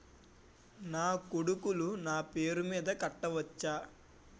నా కొడుకులు నా పేరి మీద కట్ట వచ్చా?